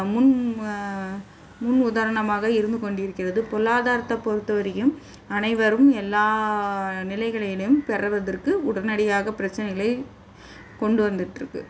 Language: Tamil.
முன் முன் உதாரணமாக இருந்து கொண்டிருக்கிறது பொருளாதாரத்தை பொறுத்த வரையும் அனைவரும் எல்லா நிலைகளிலேயும் பெறுவதற்கு உடனடியாக பிரச்சனைகளை கொண்டு வந்துட்டுருக்கு